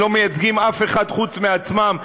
שלא מייצגים אף אחד חוץ מעצמם,